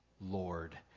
Lord